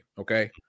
okay